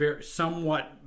somewhat